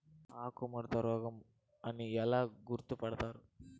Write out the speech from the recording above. ఆకుముడత రోగం అని ఎలా గుర్తుపడతారు?